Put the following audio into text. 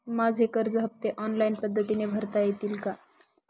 माझे कर्ज हफ्ते ऑनलाईन पद्धतीने भरता येतील का?